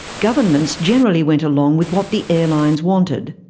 governments generally went along with what the airlines wanted.